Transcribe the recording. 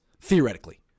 theoretically